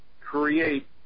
create